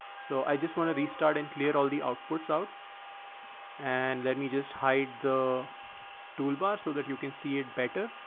so i just want to restart and clear all the outputs out and let me just hide the toolbar so that you can see it better.